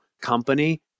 company